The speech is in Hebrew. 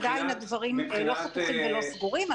עדיין הדברים לא חתוכים ולא סגורים.